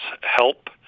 help